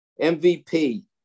MVP